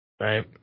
Right